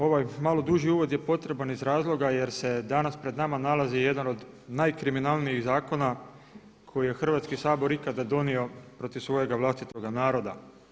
Ovaj malo duži uvod je potreban iz razloga jer se danas pred nama nalazi jedan od najkriminalnijih zakona koji je Hrvatski sabor ikada donio protiv svojega vlastitoga naroda.